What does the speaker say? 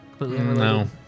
No